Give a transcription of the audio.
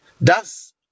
Thus